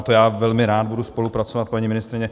To já velmi rád budu spolupracovat, paní ministryně.